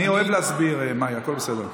אני אוהב להסביר, מאי, הכול בסדר.